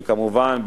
וכמובן,